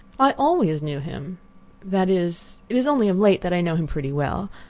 i always knew him that is, it is only of late that i know him pretty well.